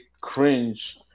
cringe